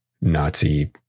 Nazi